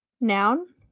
Noun